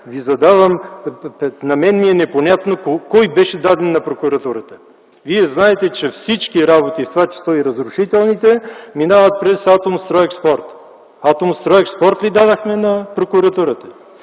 връзка на мен ми е непонятно кой беше даден на прокуратурата?! Вие знаете, че всички работи, в това число и разрушителните, минават през „Атомстройекспорт”. „Атомстройекспорт” ли дадохме на прокуратурата?